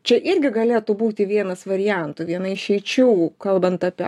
čia irgi galėtų būti vienas variantų viena išeičių kalbant apie